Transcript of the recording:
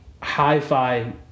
hi-fi